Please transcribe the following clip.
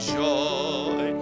joy